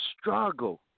struggle